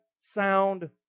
sound